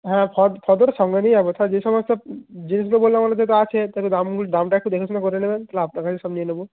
হ্যাঁ ফর্দ ফর্দটা সঙ্গে নিয়ে যাব যে সমস্ত জিনিসগুলো বললাম ওগুলো যেহেতু আছে তাহলে দাম দামটা একটু দেখেশুনে করে নেবেন তাহলে আপনার কাছে সব নিয়ে নেব